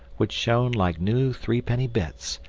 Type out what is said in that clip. which shone like new threepenny bits,